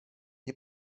nie